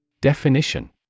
Definition